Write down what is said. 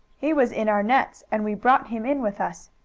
he was in our nets, and we brought him in with us.